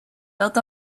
built